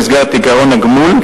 במסגרת עקרון הגמול,